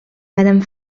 madame